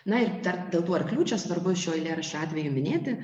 na ir dar dėl tų arklių čia svarbu šio eilėraščio atveju minėti